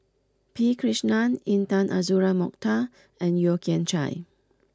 P Krishnan Intan Azura Mokhtar and Yeo Kian Chye